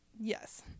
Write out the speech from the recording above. Yes